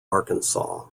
arkansas